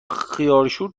خیارشور